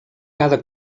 cada